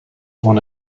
one